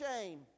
shame